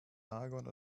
argon